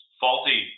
faulty